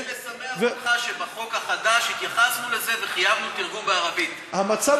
אני רוצה